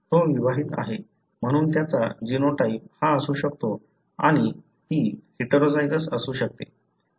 तो विवाहित आहे म्हणून त्याचा जीनोटाइप हा असू शकतो आणि ती हेटेरोझायगस असू शकते